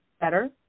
better